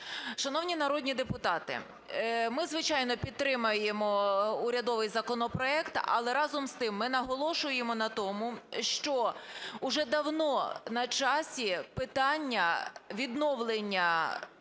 Шановні народні депутати, ми, звичайно, підтримаємо урядовий законопроект, але разом з тим ми наголошуємо на тому, що уже давно на часі питання відновлення